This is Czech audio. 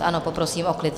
Ano, poprosím o klid.